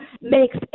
makes